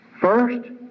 First